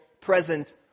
present